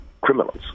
criminals